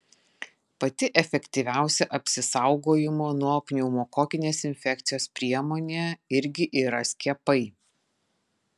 pati efektyviausia apsisaugojimo nuo pneumokokinės infekcijos priemonė irgi yra skiepai